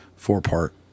four-part